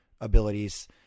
abilities